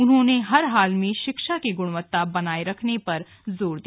उन्होंने हर हाल में शिक्षा की गुणवत्ता बनाये रखने पर जोर दिया